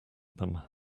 them